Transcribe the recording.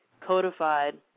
codified